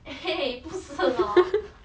eh !hey! 不是 lor